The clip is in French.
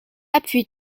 appuie